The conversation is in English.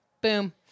Boom